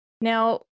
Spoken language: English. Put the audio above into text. now